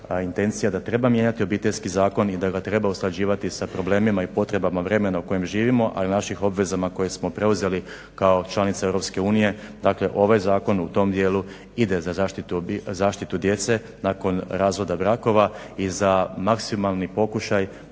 da treba mijenjati Obiteljski zakon i da ga treba usklađivati sa problemima i potrebama vremena u kojem živimo a i našim obvezama koje smo preuzeli kao članica EU. Dakle, ovaj zakon u tom dijelu ide za zaštitu djece nakon razvoda brakova. I za maksimalni pokušaj